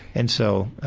and so.